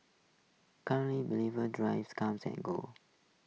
currently believer drivers come and go